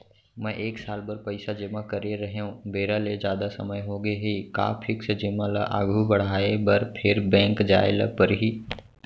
मैं एक साल बर पइसा जेमा करे रहेंव, बेरा ले जादा समय होगे हे का फिक्स जेमा ल आगू बढ़ाये बर फेर बैंक जाय ल परहि?